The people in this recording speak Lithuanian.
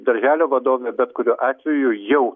darželio vadovė bet kuriuo atveju jau